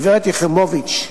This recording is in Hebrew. גברת יחימוביץ,